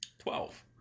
Twelve